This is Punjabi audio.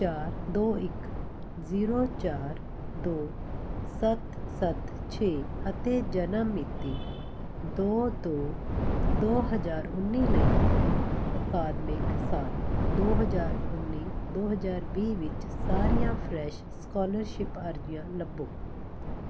ਚਾਰ ਦੋ ਇੱਕ ਜ਼ੀਰੋ ਚਾਰ ਦੋ ਸੱਤ ਸੱਤ ਛੇ ਅਤੇ ਜਨਮ ਮਿਤੀ ਦੋ ਦੋ ਦੋ ਹਜ਼ਾਰ ਉੱਨੀ ਲਈ ਅਕਾਦਮਿਕ ਸਾਲ ਦੋ ਹਜ਼ਾਰ ਉੱਨੀ ਦੋ ਹਜ਼ਾਰ ਵੀਹ ਵਿੱਚ ਸਾਰੀਆਂ ਫਰੈਸ਼ ਸਕਾਲਰਸ਼ਿਪ ਅਰਜ਼ੀਆਂ ਲੱਭੋ